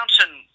Mountain